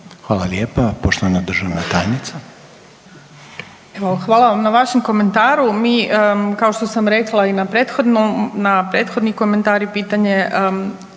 Hvala lijepa. Poštovana državna tajnica. **Đurić, Spomenka** Hvala vam na vašem komentaru. Mi kao što sam rekla i na prethodnih komentar i pitanje